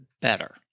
better